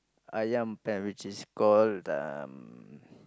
Ayam Penyet which is called um